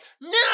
No